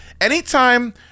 Anytime